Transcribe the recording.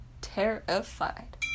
terrified